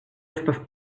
estas